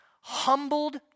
humbled